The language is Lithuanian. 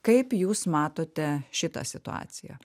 kaip jūs matote šitą situaciją